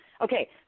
Okay